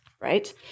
right